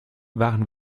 waren